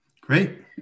Great